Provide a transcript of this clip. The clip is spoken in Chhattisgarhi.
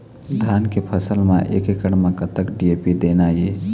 धान के फसल म एक एकड़ म कतक डी.ए.पी देना ये?